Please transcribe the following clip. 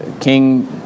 king